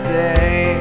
day